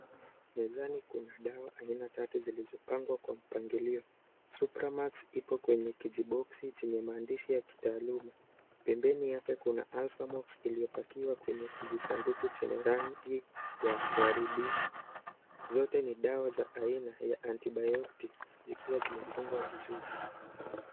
Mezani kuna dawa aina tatu zilizopangwa kwa mpangilio. Supramax ipo kwenye kijiboksi chenye maandishi ya kitaaluma. Pembeni yake kuna alphamox iliyopakiwa kwenye kijisanduku chenye rangi ya waridi. Zote ni dawa za aina ya antibiotics zikiwa zimefungwa vizuri.